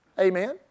Amen